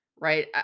right